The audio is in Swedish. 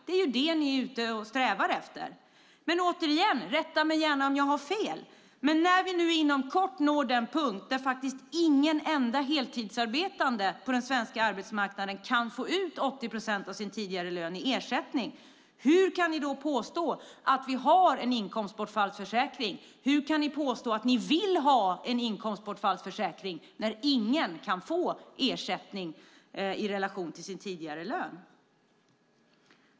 Det är ju det ni strävar efter. Men återigen: Rätta mig gärna om jag har fel! När vi nu inom kort når den punkt då ingen enda heltidsarbetande på den svenska arbetsmarknaden kan få ut 80 procent av sin tidigare lön i ersättning, hur kan ni då påstå att vi har en inkomstbortfallsförsäkring? Hur kan ni påstå att ni vill ha en inkomstbortfallsförsäkring när ingen kan få ersättning i relation till sin tidigare lön?